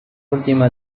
última